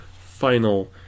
final